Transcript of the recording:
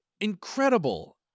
Incredible